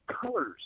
colors